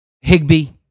Higby